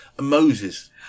Moses